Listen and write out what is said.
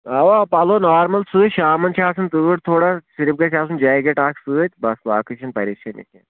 اَوا پَلو نارمل سۭتۍ شامن چھِ آسن تۭر تھوڑا صِرف گَژھِ آسُن جیکٮ۪ٹ اکھ سۭتۍ بس باقی چھَنہٕ پریشٲنی کیٚنٛہہ